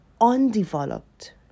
undeveloped